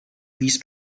wies